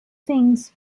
things